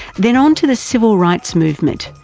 then onto the civil rights movement,